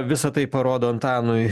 visa tai parodo antanui